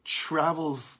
travels